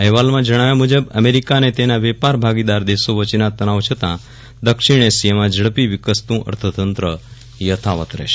અહેવાલમાં જજ્ઞાવ્યા મુજબ અમેરિકા અને તેના વેપાર ભાગીદાર દેશો વચ્ચેના તનાવ છતાં દક્ષિણ એશિયામાં ઝડપી વિકસતું અર્થતંત્ર યથાવત રહેશે